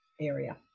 area